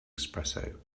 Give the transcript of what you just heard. espresso